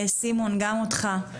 סימון גם אותך,